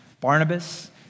Barnabas